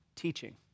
teaching